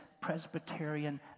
Presbyterian